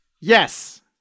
Yes